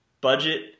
Budget